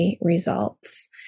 results